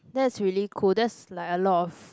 that's really cool that's like a lot of